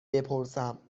بپرسم